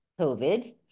COVID